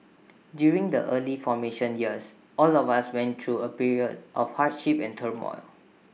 during the early formation years all of us went through A period of hardship and turmoil